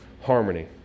harmony